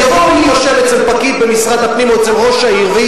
יבואו להירשם אצל פקיד במשרד הפנים או אצל ראש העיר,